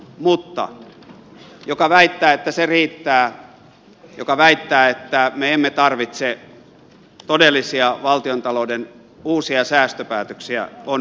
mutta joka väittää että se riittää joka väittää että me emme tarvitse todellisia valtiontalouden uusia säästöpäätöksiä on väärässä